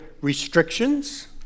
restrictions